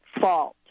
fault